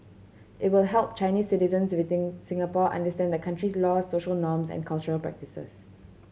it will help Chinese citizens within Singapore understand the country's laws social norms and cultural practices